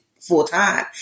full-time